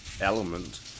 element